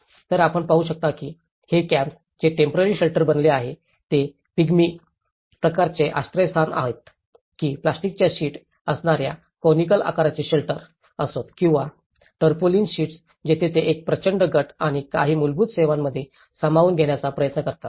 तर आपण काय पाहू शकता की हे कॅम्प्स जे टेम्पोरारी शेल्टर बनले आहेत ते पिग्मी प्रकारचे आश्रयस्थान असोत की प्लास्टिकच्या शीट्स असणाऱ्या कॉनिकलच्या आकाराचे शेल्टर असोत किंवा तारपाउलीं शीट्स जेथे ते एक प्रचंड गट आणि काही मूलभूत सेवांमध्ये सामावून घेण्याचा प्रयत्न करतात